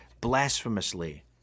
blasphemously